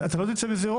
אתה לא תצא מזה.